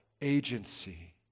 agency